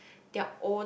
their own